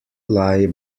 lie